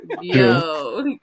Yo